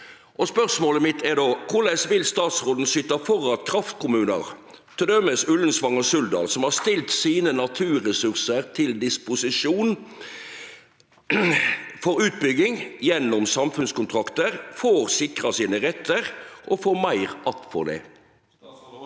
vertskommunane. Korleis vil statsråden syte for at kraftkommunane, t.d. Ullensvang og Suldal, som har stilt sine naturressursar til disposisjon for utbygging gjennom samfunnskontraktar, får sikra sine rettar og får meir att for det?»